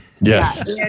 yes